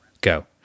go